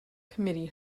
committee